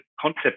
concept